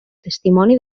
testimoni